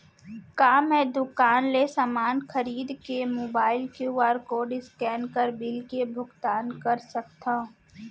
का मैं दुकान ले समान खरीद के मोबाइल क्यू.आर कोड स्कैन कर बिल के भुगतान कर सकथव?